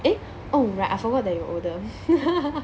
eh oh right I forgot that you were older